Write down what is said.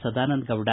Sadananda Gowda